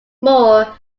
more